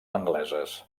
angleses